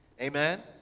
amen